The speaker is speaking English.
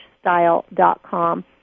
style.com